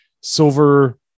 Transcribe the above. silver